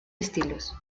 estilos